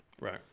Right